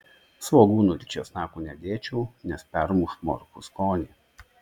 svogūnų ir česnakų nedėčiau nes permuš morkų skonį